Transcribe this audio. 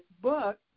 book